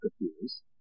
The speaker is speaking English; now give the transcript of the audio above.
appears